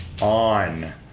on